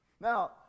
Now